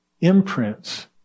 imprints